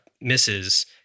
misses